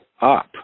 up